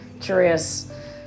curious